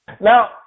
Now